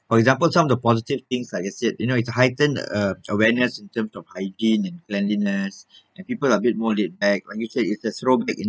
for example some of the positive things like I said you know it's heightened a~ awareness in terms of hygiene and cleanliness and people are a bit more laid back let me tell you it's a throwback in